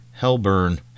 hellburn